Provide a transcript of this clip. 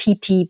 PT